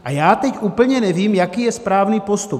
A já teď úplně nevím, jaký je správný postup.